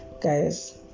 guys